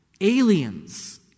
Aliens